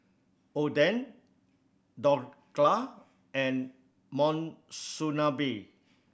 Oden Dhokla and Monsunabe